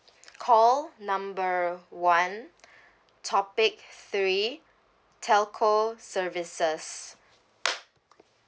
call number one topic three telco services